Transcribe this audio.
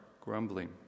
grumbling